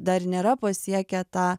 dar nėra pasiekę tą